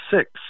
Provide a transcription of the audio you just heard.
six